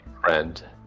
friend